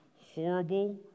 horrible